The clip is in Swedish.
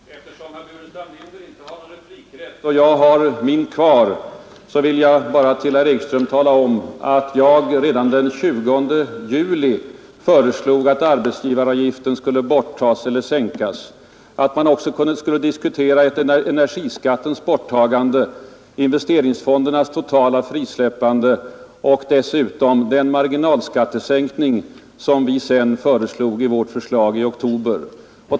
Herr talman! Eftersom herr Burenstam Linder inte har någon replik men jag har min kvar, vill jag tala om för herr Ekström att jag redan den 20 juli föreslog att arbetsgivaravgiften skulle borttas eller sänkas, att man också borde diskutera energiskattens borttagande, investeringsfondernas totala frisläppande och en marginalskattesänkning motsvarande vad vi sedan föreslog i vårt förslag i oktober.